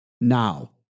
Now